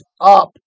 up